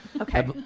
Okay